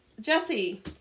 Jesse